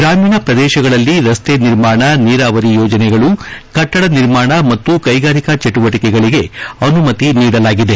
ಗ್ರಾಮೀಣ ಪ್ರದೇಶಗಳಲ್ಲಿ ರಸ್ತೆ ನಿರ್ಮಾಣ ನಿರಾವರಿ ಯೋಜನೆಗಳು ಕಟ್ಷಡ ನಿರ್ಮಾಣ ಮತ್ತು ಕೈಗಾರಿಕಾ ಚಟುವಟಿಕೆಗಳಿಗೆ ಅನುಮತಿ ನೀಡಲಾಗಿದೆ